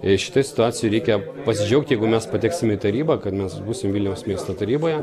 šitoj situacijoj reikia pasidžiaugti jeigu mes pateksim į tarybą kad mes būsim vilniaus miesto taryboje